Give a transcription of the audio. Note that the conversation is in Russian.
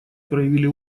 проявили